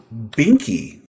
Binky